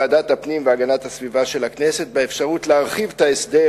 ועדת הפנים והגנת הסביבה של הכנסת באפשרות להרחיב את ההסדר